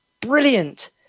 Brilliant